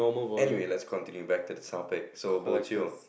anyway let's continue back to the topic so bo-jio